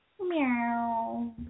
Meow